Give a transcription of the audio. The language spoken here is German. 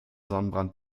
sonnenbrand